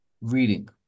reading